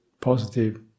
positive